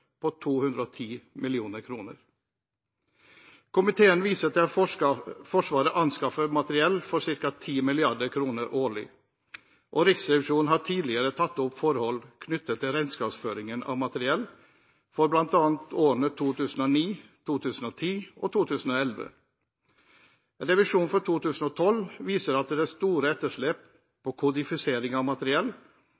på 210 mill. kr. Komiteen viser til at Forsvaret anskaffer materiell for ca. 10 mrd. kr årlig, og Riksrevisjonen har tidligere tatt opp forhold knyttet til regnskapsføringen av materiell, bl.a. for årene 2009, 2010 og 2011. Revisjonen for 2012 viser at det er store etterslep